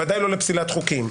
ודאי לא לפסילת חוקים.